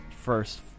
first